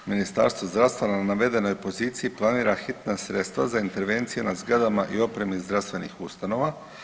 Ministarstvo zdravstva na navedenoj poziciji planira hitna sredstva za intervencije na zgradama i opremi zdravstvenih ustanova.